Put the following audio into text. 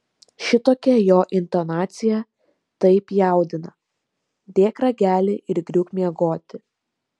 šitokia jo intonacija taip jaudina dėk ragelį ir griūk miegoti